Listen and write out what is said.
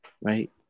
Right